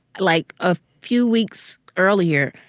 like, a few weeks earlier,